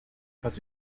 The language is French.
pas